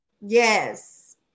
Yes